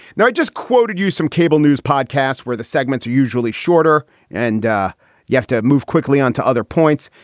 now, i just quoted you some cable news podcasts where the segments are usually shorter and you have to move quickly onto other points.